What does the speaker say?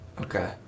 Okay